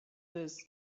this